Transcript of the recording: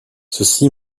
ceci